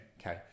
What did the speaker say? okay